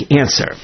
answer